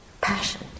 passion